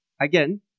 Again